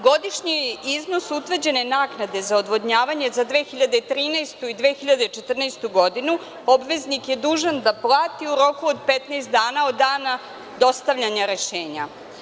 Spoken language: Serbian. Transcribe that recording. Godišnji iznos utvrđene naknade za odvodnjavanje za 2013. i 2014. godinu obveznik je dužan da plati u roku od 15 dana od dana dostavljanja rešenja.